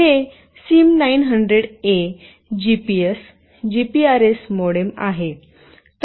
हे SIM 900 A GPS GPRS modem आहे